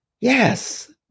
Yes